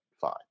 Fine